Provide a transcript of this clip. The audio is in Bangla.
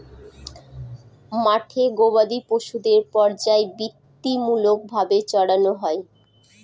মাঠে গোবাদি পশুদের পর্যায়বৃত্তিমূলক ভাবে চড়ানো হয়